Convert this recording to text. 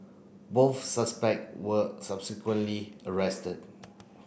both suspect were subsequently arrested